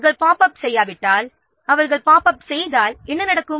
அவர்கள் pop up செய்யாவிட்டால் அவர்கள் பாப் அப் செய்தால் என்ன நடக்கும்